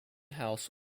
house